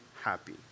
happy